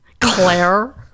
claire